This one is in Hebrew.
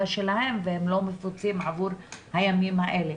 שלהם והם לא מפוצים עבור הימים האלה.